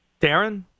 Darren